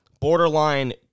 Borderline